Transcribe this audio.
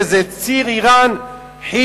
שזה ציר אירן-"חיזבאללה"